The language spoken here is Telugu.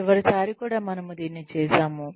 చివరిసారి కూడా మనము దీన్ని చేసాము